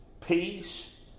peace